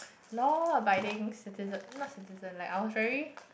law abiding citizen not citizen like I was very